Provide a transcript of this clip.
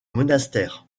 monastère